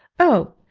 oh,